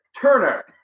Turner